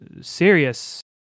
serious